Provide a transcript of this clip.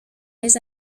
les